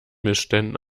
missständen